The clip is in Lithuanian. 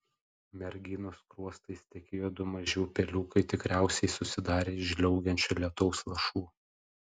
merginos skruostais tekėjo du maži upeliukai tikriausiai susidarę iš žliaugiančio lietaus lašų